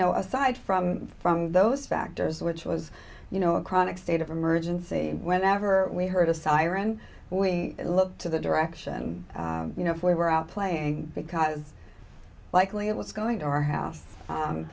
know aside from from those factors which was you know a chronic state of emergency whenever we heard a siren we looked to the direction you know if we were out playing because likely it was going to our house